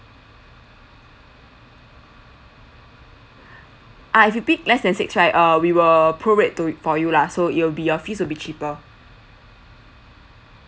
ah if you pick less than six right uh we will prorate to for you lah so it will be your fees will be cheaper